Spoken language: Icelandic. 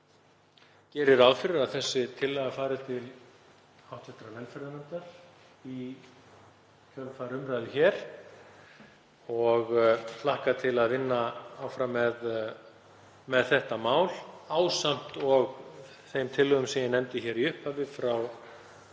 Ég geri ráð fyrir að þessi tillaga fari til hv. velferðarnefndar í kjölfar umræðu hér og hlakka til að vinna áfram með þetta mál ásamt og þeim tillögum sem ég nefndi hér í upphafi frá